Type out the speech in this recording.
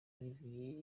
olivier